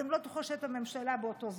אתם לא תוכלו לשבת בממשלה באותו זמן.